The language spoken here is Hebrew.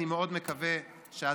חברים,